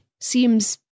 seems